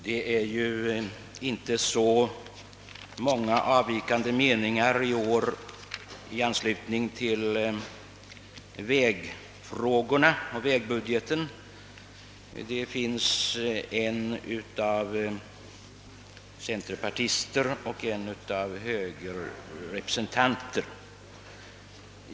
Herr talman! Det föreligger inte så många avvikande meningar i år när det gäller vägbudgeten — centerpartiet har redovisat en och högerpartiet en.